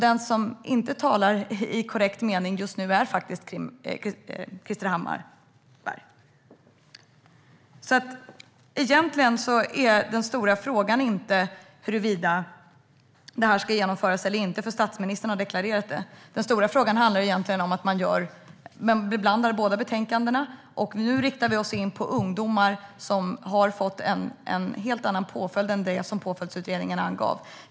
Den som inte talar korrekt just nu är alltså faktiskt Krister Hammarbergh. Egentligen är den stora frågan inte huruvida det här ska genomföras eller inte, för statsministern har deklarerat det. Den stora frågan handlar egentligen om att man blandar båda betänkandena. Nu riktar vi in oss på ungdomar som har fått en helt annan påföljd än det som Påföljdsutredningen angav.